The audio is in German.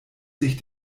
sich